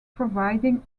providing